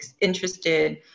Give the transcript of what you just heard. interested